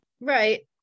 right